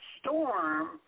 storm